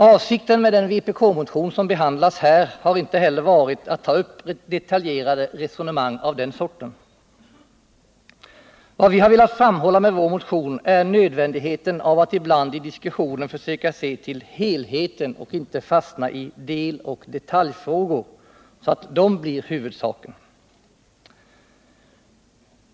Avsikten med den vpk-motion som behandlas här har inte heller varit att ta upp detaljerade resonemang av den sorten. Vad vi har velat framhålla med vår motion är nödvändigheten av att ibland i diskussionen försöka se till helheten och inte fastna i deloch detaljfrågor, så att de blir huvudsaken.